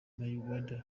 mayweather